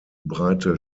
breite